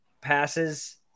passes